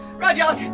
rudyard,